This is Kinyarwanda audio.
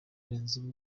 kurenza